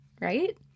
right